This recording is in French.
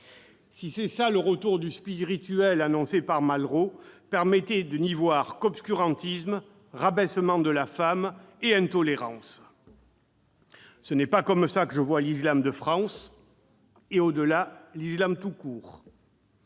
Si c'est cela le retour du spirituel annoncé par Malraux ... Permettez-moi de n'y voir qu'obscurantisme, rabaissement de la femme et intolérance ! Ce n'est pas comme cela que je vois l'islam de France et, au-delà, l'islam tout court.